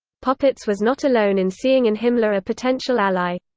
popitz was not alone in seeing in himmler a potential ally.